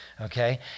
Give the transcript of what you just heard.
Okay